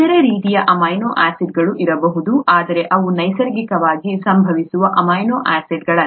ಇತರ ರೀತಿಯ ಅಮೈನೋ ಆಸಿಡ್ಗಳು ಇರಬಹುದು ಆದರೆ ಅವು ನೈಸರ್ಗಿಕವಾಗಿ ಸಂಭವಿಸುವ ಅಮೈನೋ ಆಸಿಡ್ಗಳಲ್ಲ